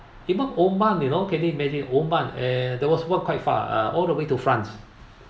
even oman you know can you imagine oman eh there was work quite far uh all the way to france